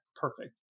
perfect